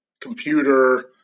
computer